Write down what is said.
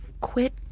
Quit